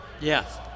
Yes